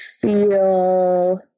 Feel